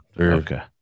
Okay